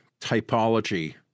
typology